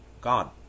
God